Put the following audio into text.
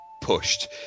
pushed